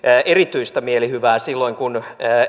erityistä mielihyvää silloin kun